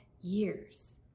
years